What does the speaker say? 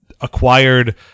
Acquired